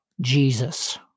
Jesus